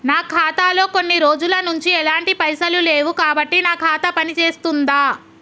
నా ఖాతా లో కొన్ని రోజుల నుంచి ఎలాంటి పైసలు లేవు కాబట్టి నా ఖాతా పని చేస్తుందా?